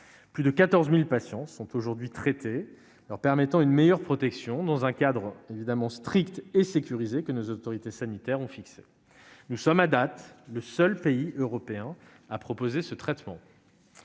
Plus de 14 000 patients en profitent aujourd'hui, ce qui leur offre une meilleure protection, dans un cadre strict et sécurisé que nos autorités sanitaires ont fixé. Nous sommes, à date, le seul pays européen à proposer ce traitement.